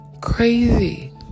crazy